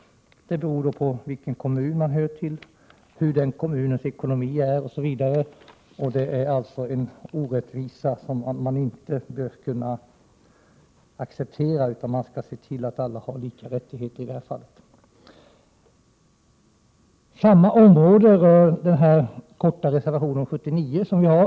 Det handlar ju om vilken kommun man hör till, hur kommunens ekonomi är beskaffad osv. Det är alltså en orättvisa som man inte bör acceptera, utan man skall se till att alla har samma rättigheter i detta avseende. Vår kortfattade reservation 79 gäller också rättvisan.